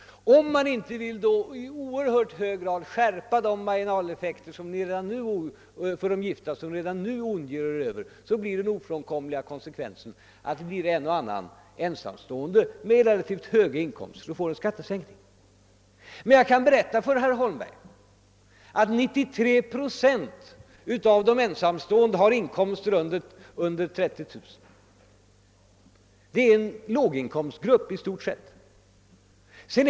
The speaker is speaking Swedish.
Om man då inte i hög grad vill skärpa de marginaleffekter för de gifta, som ni redan ondgör er Över, blir den ofrånkomliga konsekvensen att en och annan ensamstående med relativt höga inkomster får en skattesänkning. Jag kan emellertid berätta för herr Holmberg att 93 procent av de ensamstående har inkomster under 30000 kronor och alltid utgör i stort sett en låginkomstgrupp.